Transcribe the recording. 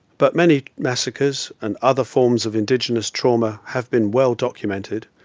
but many massacres and other forms of indigenous trauma have been well documented,